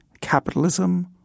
capitalism